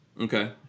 Okay